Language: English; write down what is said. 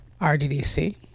RDDC